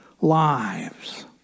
lives